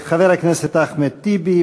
חבר הכנסת אחמד טיבי,